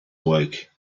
work